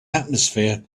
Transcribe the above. atmosphere